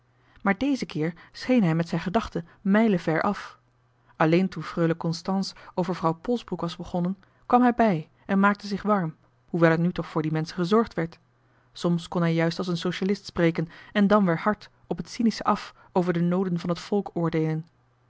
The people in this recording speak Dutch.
maar dezen keer scheen hij met zijn gedachten mijlen ver af alleen toen freule constance over vrouw polsbroek was begonnen kwam hij bij en maakte zich warm hoewel er nu toch voor die menschen gezorgd werd soms kon hij juist als een socialist spreken en dan weer hard op het cynische af over de nooden van het volk oordeelen